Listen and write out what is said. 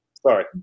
sorry